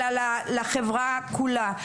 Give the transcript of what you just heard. אלא לחברה כולה.